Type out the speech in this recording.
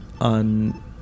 on